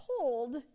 told